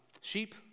sheep